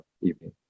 evening